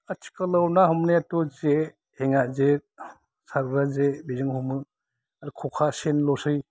आथिखालाव ना हमानायाथ' जे हेङा जे खाबा जे बेजों हमो आरो खखा सेनल'सै